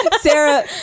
Sarah